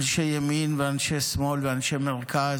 אנשי ימין ואנשי שמאל ואנשי מרכז,